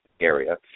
area